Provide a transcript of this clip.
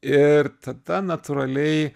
ir tada natūraliai